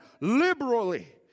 liberally